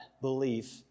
belief